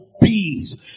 bees